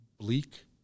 bleak